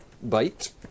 Bite